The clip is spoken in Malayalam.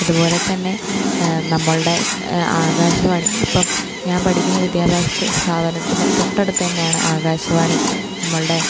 അതുപോലെതന്നെ നമ്മളുടെ ആകാശവാണി ഇപ്പം ഞാൻ പഠിക്കുന്ന വിദ്യാഭ്യാസ സ് സ്ഥാപനത്തിന് തൊട്ടടുത്ത് തന്നെയാണ് ആകാശവാണി നമ്മളുടെ